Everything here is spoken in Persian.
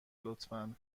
لطفا